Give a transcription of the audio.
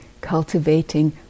cultivating